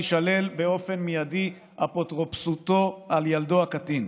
תישלל באופן מיידי אפוטרופסותו על ילדו הקטין.